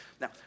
Now